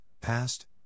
past